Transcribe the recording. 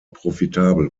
profitabel